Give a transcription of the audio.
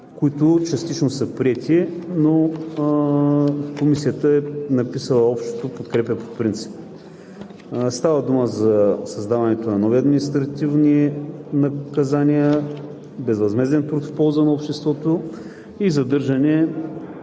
които частично са приети, но Комисията е написала общото – подкрепя го по принцип. Става дума за създаване нови административни наказания, безвъзмезден труд в полза на обществото и задържане